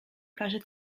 plaży